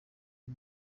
uyu